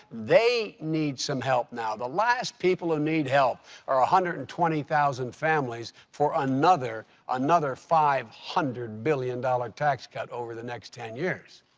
they need some help now. the last people who need help are one ah hundred and twenty thousand families for another another five hundred billion dollars tax cut over the next ten years.